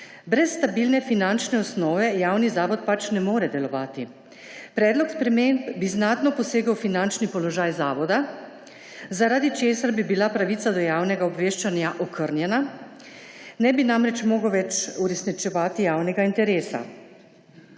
Brez stabilne finančne osnove javni zavod pač ne more delovati. Predlog sprememb bi znatno posegel v finančni položaj zavoda, zaradi česar bi bila pravica do javnega obveščanja okrnjena, ne bi namreč mogel več uresničevati javnega interesa.